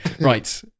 right